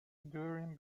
during